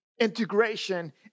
integration